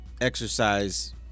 exercise